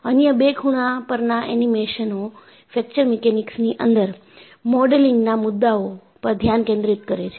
અન્ય બે ખૂણા પરના એનિમેશનઓ ફ્રેક્ચર મિકેનિક્સ ની અંદર મોડેલિંગના મુદ્દાઓ પર ધ્યાન કેન્દ્રિત કરે છે